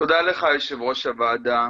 תודה לך, יושב-ראש הוועדה.